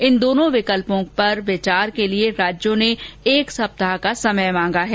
इन दोनों विकल्पों पर विचार के लिए राज्यों ने एक सप्ताह का समय मांगा है